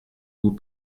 vous